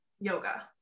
yoga